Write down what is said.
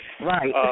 Right